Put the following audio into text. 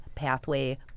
pathway